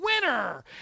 winner